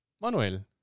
Manuel